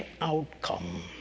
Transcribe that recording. outcome